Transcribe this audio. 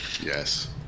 yes